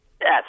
Yes